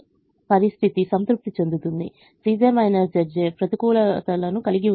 అనుకూలత పరిస్థితి సంతృప్తి చెందింది Cj Zj's ప్రతికూలతలను కలిగి ఉంది